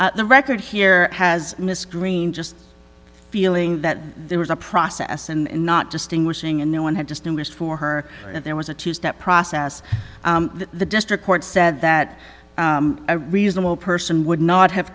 the record here has miss greene just feeling that there was a process and not distinguishing and no one had distinguished for her and there was a two step process that the district court said that a reasonable person would not have